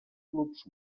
clubs